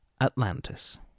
Atlantis